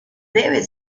debe